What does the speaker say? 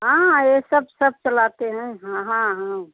हाँ ये सब सब चलाते हैं हाँ हाँ हाँ